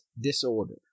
disorder